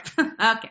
Okay